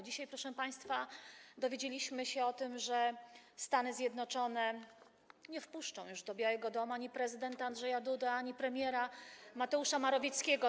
Dzisiaj, proszę państwa, dowiedzieliśmy się o tym, że Stany Zjednoczone nie wpuszczą już do Białego Domu ani prezydenta Andrzeja Dudy, ani premiera Mateusza Morawieckiego.